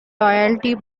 loyalty